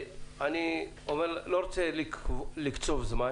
אני לא רוצה לקצוב זמן